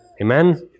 Amen